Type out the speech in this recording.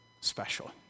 special